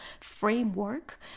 framework